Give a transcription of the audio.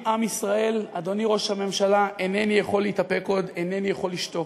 הממשלה, אינני יכול להתאפק עוד, אינני יכול לשתוק.